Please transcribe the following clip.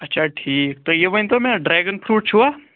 اَچھا ٹھیٖک تہٕ یہِ ؤنۍتو مےٚ ڈرٛیگَن فرٛوٗٹ چھُوا